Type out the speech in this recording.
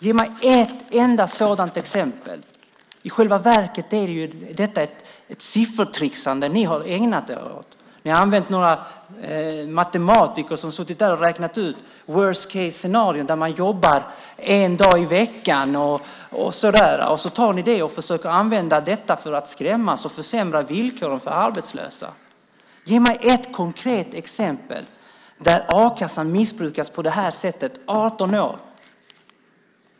Ge mig ett enda sådant exempel! I själva verket är detta ett siffertricksande som ni har ägnat er åt. Ni har använt några matematiker som suttit där och räknat ut worst case scenario , där man jobbar en dag i veckan. Det försöker ni använda för att skrämmas och försämra villkoren för arbetslösa. Ge mig ett konkret exempel på att a-kassan missbrukats på det här sättet i 18 år!